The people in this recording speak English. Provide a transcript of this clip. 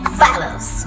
follows